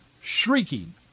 shrieking